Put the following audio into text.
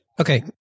Okay